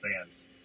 bands